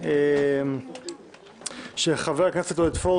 (תיקון - שלילת האפוטרופסות הטבעית עבור